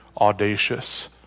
audacious